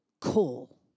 call